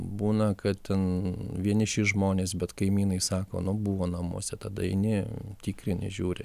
būna kad ten vieniši žmonės bet kaimynai sako nu buvo namuose tada eini tikrini žiūri